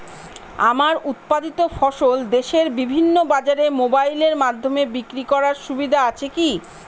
আমার উৎপাদিত ফসল দেশের বিভিন্ন বাজারে মোবাইলের মাধ্যমে বিক্রি করার সুবিধা আছে কি?